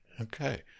Okay